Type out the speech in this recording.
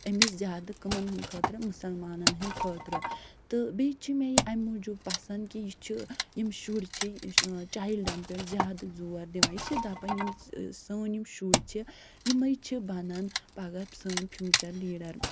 أمِس زیادٕ کَمن ہٕنٛدۍ خٲطرٕ مُسلمانن ہٕنٛدۍ خٲطرٕ تہٕ بیٚیہِ چھِ مےٚ یہِ اَمہِ موٗجوٗب پسنٛد کہِ یہِ چھُ یِم شُرۍ چھِ یُس چایلڈن پٮ۪ٹھ زیادٕ زور دِوان یہِ چھِ دَپان یِم سٲنۍ یِم شُرۍ چھِ یِمَے چھِ بَنان پگاہ سٲنۍ فیوٗچر لیٖڈر